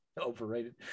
overrated